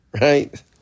right